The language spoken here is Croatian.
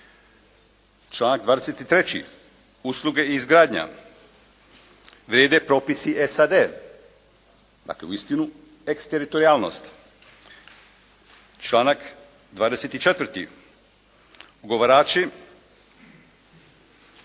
Članak 23. usluge i izgradnja. Vrijede propisi SAD, dakle uistinu eksteritorijalnost. Članak 24. ugovarači